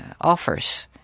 offers